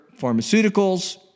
pharmaceuticals